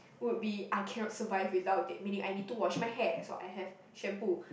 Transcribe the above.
would be I cannot survive without it meaning I need to wash my hair so I have shampoo